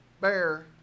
bear